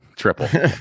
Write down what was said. triple